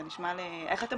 זה נשמע לי איך אתם